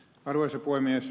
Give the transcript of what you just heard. arvoisa puhemies